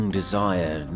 desire